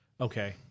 Okay